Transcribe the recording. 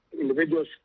individuals